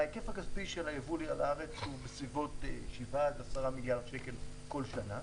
ההיקף הכספי של היבוא לארץ הוא בין שבעה לעשרה מיליארד שקל כל שנה.